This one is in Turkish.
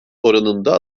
oranında